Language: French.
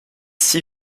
six